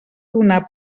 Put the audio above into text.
donar